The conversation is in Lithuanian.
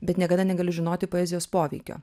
bet niekada negali žinoti poezijos poveikio